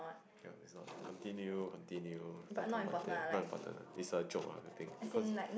yup it's not continue continue don't talk about that not important one it's a joke ah the thing cause